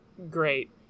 Great